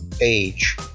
age